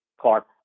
Clark